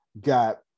got